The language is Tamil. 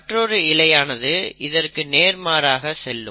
மற்றொரு இழையானது இதற்கு நேர்மாறாக செல்லும்